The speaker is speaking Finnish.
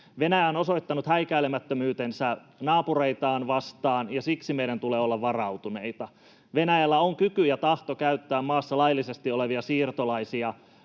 Venäjä on osoittanut häikäilemättömyytensä naapureitaan vastaan, ja siksi meidän tulee olla varautuneita. Venäjällä on kyky ja tahto käyttää maassa laillisesti olevia siirtolaisia